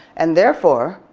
and therefore,